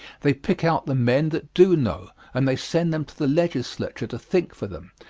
they pick out the men that do know, and they send them to the legislature to think for them,